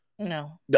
No